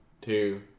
two